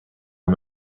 him